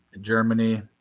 Germany